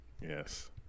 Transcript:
Yes